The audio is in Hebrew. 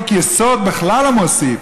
חוק-היסוד בכלל לא מוסיף,